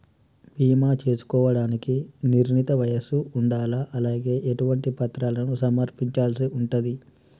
బీమా చేసుకోవడానికి నిర్ణీత వయస్సు ఉండాలా? అలాగే ఎటువంటి పత్రాలను సమర్పించాల్సి ఉంటది?